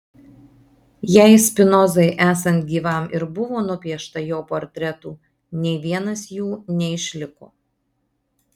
jei spinozai esant gyvam ir buvo nupiešta jo portretų nė vienas jų neišliko